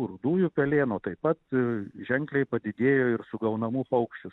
rudųjų pelėnų taip pat ženkliai padidėjo ir sugaunamų paukščių